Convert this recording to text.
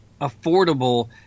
affordable